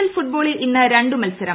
L ഫുട്ബോ്ളിൽ ഇന്ന് രണ്ട് മത്സരം